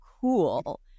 Cool